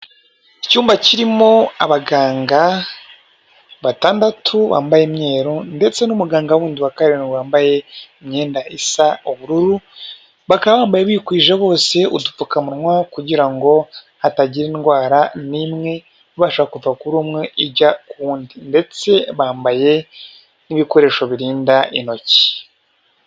Icyumba kirimo abaganga batandatu bambaye umweru, ndetse n'umuganga wundi wa karindwi wambaye imyenda isa ubururu bakaba bambaye bikwije bose udupfukamunwa kugira ngo hatagira indwara n'imwe ibasha kuva kuri umwe ijya kuwundi, ndetse bambaye nk'ibikoresho birinda intoki.